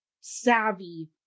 savvy